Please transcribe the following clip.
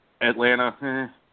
Atlanta